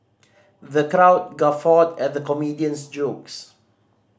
the crowd guffawed at the comedian's jokes